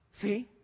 See